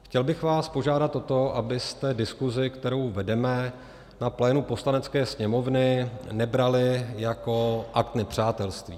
Chtěl bych vás požádat o to, abyste diskusi, kterou vedeme na plénu Poslanecké sněmovny, nebrali jako akt nepřátelství.